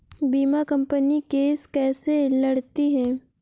बीमा company case कैसे लड़ती है?